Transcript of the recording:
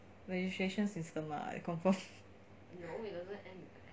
registration system lah confirm